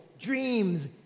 dreams